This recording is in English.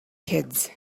kids